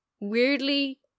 weirdly